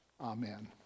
Amen